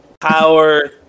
Power